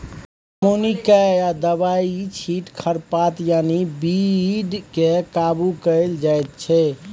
कमौनी कए या दबाइ छीट खरपात यानी बीड केँ काबु कएल जाइत छै